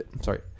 sorry